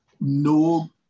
no